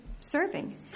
serving